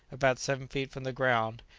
about seven feet from the ground,